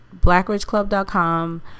blackridgeclub.com